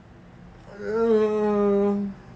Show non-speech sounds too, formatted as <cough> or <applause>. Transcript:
<noise>